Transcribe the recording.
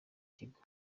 kigo